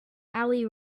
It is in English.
ali